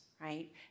right